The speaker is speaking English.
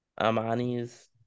Amani's